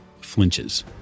flinches